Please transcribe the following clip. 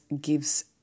gives